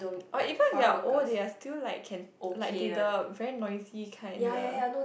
or even if you are old you as still like can the like the very nosy kind